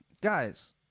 guys